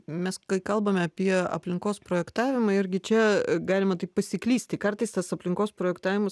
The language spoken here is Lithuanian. mes kai kalbame apie aplinkos projektavimą irgi čia galima tik pasiklysti kartais tas aplinkos projektavimas